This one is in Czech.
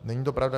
Není to pravda.